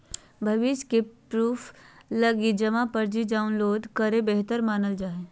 भविष्य के प्रूफ लगी जमा पर्ची डाउनलोड करे ल बेहतर मानल जा हय